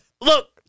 Look